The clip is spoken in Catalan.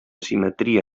simetria